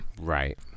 Right